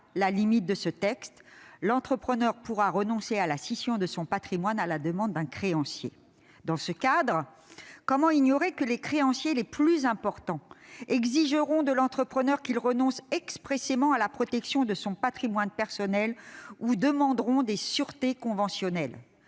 la limite de ce texte : l'entrepreneur pourra renoncer à la scission de son patrimoine à la demande d'un créancier. Dans ce cadre, comment ignorer que les créanciers les plus importants exigeront de l'entrepreneur qu'il renonce expressément à la protection de son patrimoine personnel ou demanderont des sûretés conventionnelles ?